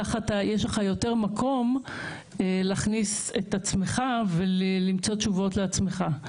כך יש לך יותר מקום להכניס את עצמך ולמצוא תשובות לעצמך.